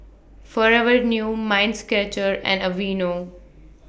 Forever New Mind Stretcher and Aveeno